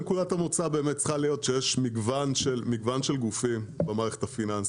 נקודת המוצא צריכה להיות שיש מגוון של גופים במערכת הפיננסית.